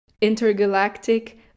intergalactic